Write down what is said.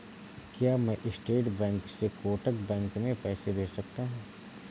क्या मैं state bank से कोटक बैंक में पैसे भेज सकता हूँ?